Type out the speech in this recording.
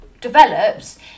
develops